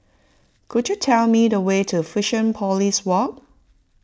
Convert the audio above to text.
could you tell me the way to Fusionopolis Walk